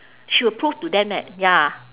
she will prove to them that ya